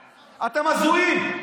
אמרת, אתם הזויים.